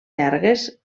llargues